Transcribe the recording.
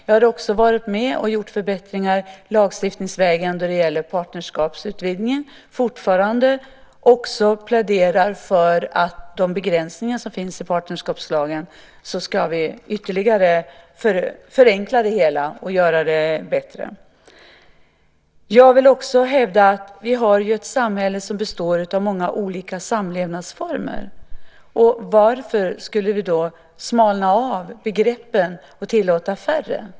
Jag har också varit med om att göra förbättringar lagstiftningsvägen då det gäller partnerskapsutvidgningen. Jag pläderar fortfarande för att vi ytterligare ska förenkla det hela och göra det bättre när det gäller de begränsningar som finns i partnerskapslagen. Vi har ett samhälle som består av många olika samlevnadsformer, och varför skulle vi då smalna av begreppen och tillåta färre?